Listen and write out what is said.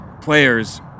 players